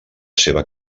seva